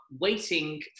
waiting